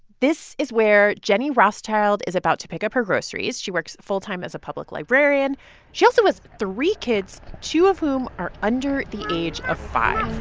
this is where jennie rothschild is about to pick up her groceries. she works full-time as a public librarian. she also has three kids, two of whom are under the age of five